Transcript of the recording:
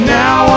now